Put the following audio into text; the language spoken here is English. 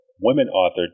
women-authored